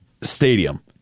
stadium